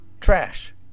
Trash